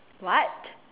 what